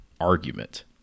argument